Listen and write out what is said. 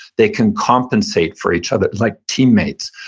they can compensate for each other, like teammates.